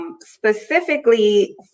Specifically